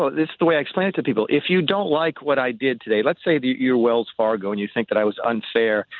well it's the way i explain it to people, if you don't like what i did today let's say you're wells fargo, and you think that i was unfair